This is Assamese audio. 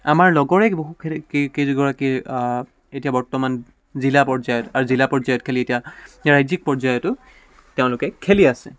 আমাৰ লগৰে বহু কেই কেইগৰাকী এতিয়া বৰ্তমান জিলা পৰ্যায়ত আৰু জিলা পৰ্যায়ত খেলি এতিয়া ৰাজ্যিক পৰ্যায়তো তেওঁলোকে খেলি আছে